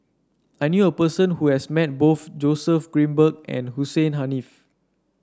I knew a person who has met both Joseph Grimberg and Hussein Haniff